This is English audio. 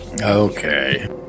Okay